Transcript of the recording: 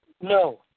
No